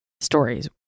stories